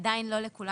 עדיין לא לכולם,